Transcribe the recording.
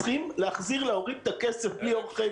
צריך להחזיר להורים את הכסף בלי עורכי